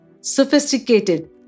sophisticated